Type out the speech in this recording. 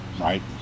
right